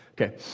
Okay